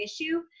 issue